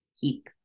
keep